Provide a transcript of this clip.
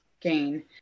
gain